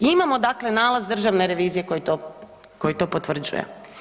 Imamo dakle nalaz državne revizije koji to potvrđuje.